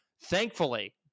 Thankfully